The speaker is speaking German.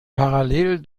parallel